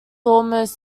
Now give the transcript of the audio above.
almost